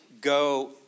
go